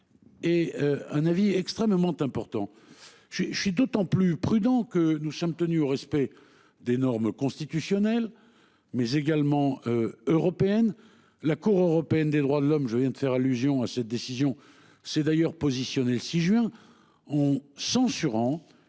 Et un avis extrêmement important. J'ai, je suis d'autant plus prudents que nous sommes tenus au respect des normes constitutionnelles mais également. Européennes, la Cour européenne des droits de l'homme. Je viens de faire allusion à cette décision. C'est d'ailleurs positionné le 6 juin. En censurant.